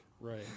Right